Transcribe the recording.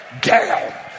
down